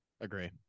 Agree